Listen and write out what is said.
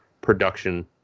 production